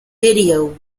video